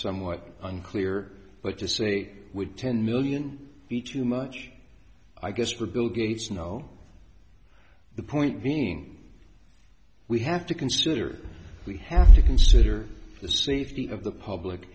somewhat unclear but to say with ten million be too much i guess for bill gates no the point being we have to consider we have to consider the safety of the public